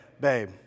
babe